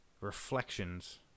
reflections